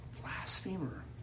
blasphemer